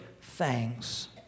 thanks